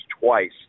twice